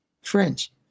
French